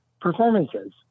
performances